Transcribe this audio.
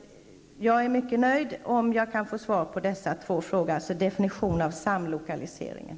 Jag är mycket nöjd om jag kan få svar på dessa två frågor, alltså en definition av samlokaliseringen.